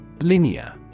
Linear